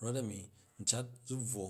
Rot a̱ni n cat zu bvwo